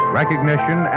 recognition